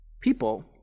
people